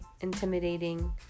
intimidating